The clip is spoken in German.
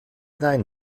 nein